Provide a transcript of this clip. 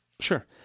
Sure